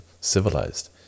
civilized